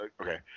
Okay